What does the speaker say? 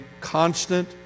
constant